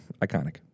Iconic